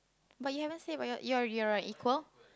but you haven't said about your you're you're a equal